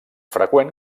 freqüent